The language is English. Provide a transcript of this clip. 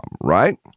right